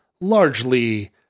largely